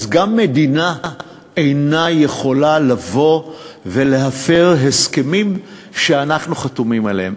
ואז גם מדינה אינה יכולה לבוא ולהפר הסכמים שאנחנו חתומים עליהם.